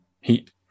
heat